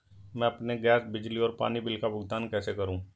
मैं अपने गैस, बिजली और पानी बिल का भुगतान कैसे करूँ?